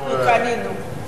אנחנו קנינו.